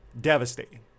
devastating